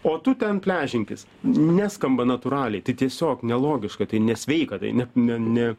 o tu ten pležinkis neskamba natūraliai tai tiesiog nelogiška tai nesveika tai ne ne ne